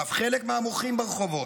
ואף חלק מהמוחים ברחובות.